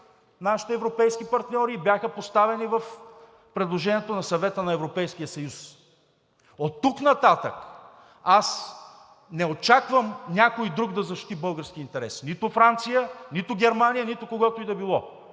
нашите европейски партньори и бяха поставени в предложението на Съвета на Европейския съюз. Оттук нататък аз не очаквам някой друг да защити българския интерес – нито Франция, нито Германия, нито който и да било.